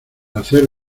hacer